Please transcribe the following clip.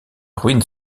ruines